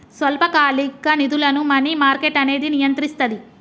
స్వల్పకాలిక నిధులను money market అనేది నియంత్రిస్తది